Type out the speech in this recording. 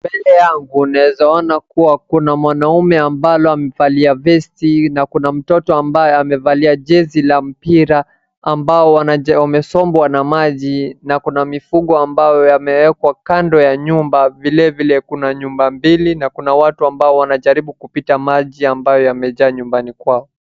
Mbele yangu nawezaona kuwa kuna mwanaume ambalo amevalia vesti, na kuna mtoto ambaye amevali jezi la mpira ambao wamesombwa na maji, na kuna mifugo ambao yamewekwa kando ya nyumba, vile vile kuna nyumba mbili, na kuna watu wanajaribu kupita maji ambayo yamejaa nyumbani kwao.